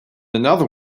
another